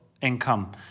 income